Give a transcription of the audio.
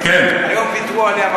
והיום ויתרו עליה,